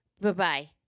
bye-bye